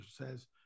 says